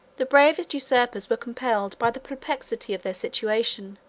the bravest usurpers were compelled, by the perplexity of their situation,